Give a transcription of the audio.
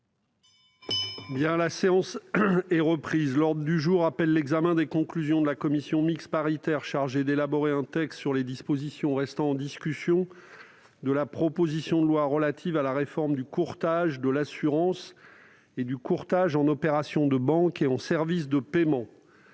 La séance est reprise. L'ordre du jour appelle l'examen des conclusions de la commission mixte paritaire chargée d'élaborer un texte sur les dispositions restant en discussion de la proposition de loi relative à la réforme du courtage de l'assurance et du courtage en opérations de banque et en services de paiement